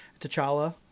t'challa